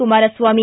Kumaraswamy